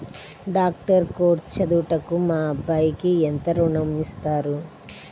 Doctor course చదువుటకు మా అబ్బాయికి ఎంత ఋణం ఇస్తారు?